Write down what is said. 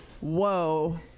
whoa